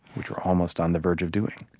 which we're almost on the verge of doing.